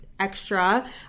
extra